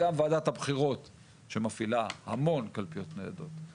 גם וועדת הבחירות שמפעילה המון קלפיות ניידות,